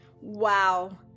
Wow